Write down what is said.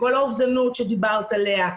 אובדנות שדיברת עליה,